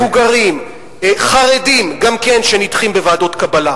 מבוגרים, חרדים גם כן, שנדחים בוועדות קבלה.